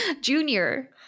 Junior